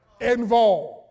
involved